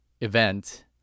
event